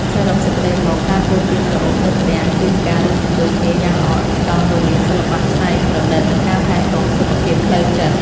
សរុបសេចក្ដីមក ការធ្វើទៀនក្រអូបនៅផ្ទះ គឺជាការរួមបញ្ចូលគ្នាយ៉ាងល្អឥតខ្ចោះរវាង សិល្បៈច្នៃប្រឌិត និងការថែទាំសុខភាពផ្លូវចិត្ត។